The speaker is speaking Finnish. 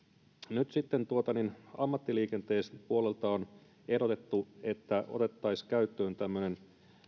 nyt sitten ammattiliikenteen puolelta on ehdotettu että otettaisiin käyttöön tämmöinen